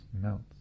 melts